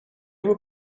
were